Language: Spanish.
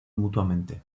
mutuamente